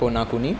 কোনাকুনি